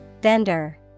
Vendor